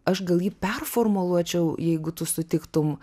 aš gal jį performuluočiau jeigu tu sutiktum